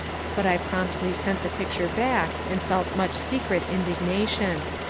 but i promptly sent the picture back, and felt much secret indication.